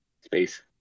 space